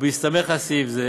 ובהסתמך על סעיף זה,